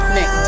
Nick